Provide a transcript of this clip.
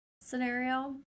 scenario